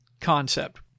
concept